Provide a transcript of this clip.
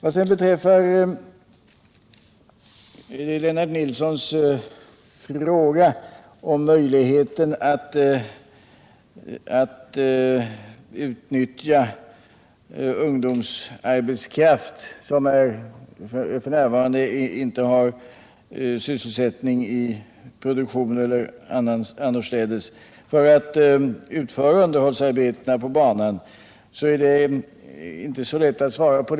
Lennart Nilssons fråga om möjligheten att utnyttja ungdomsarbetskraft som f. n. inte har sysselsättning i produktionen eller annorstädes för att utföra underhållsarbetena på banan är det inte så lätt att svara på.